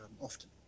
often